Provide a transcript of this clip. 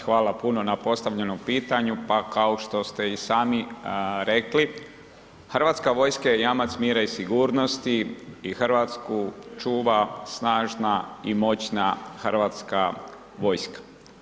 Hvala puno na postavljenom pitanju, pa kao što ste i sami rekli, hrvatska vojska je jamac mira i sigurnosti i Hrvatsku čuva snažna i moćna hrvatska vojska.